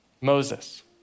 Moses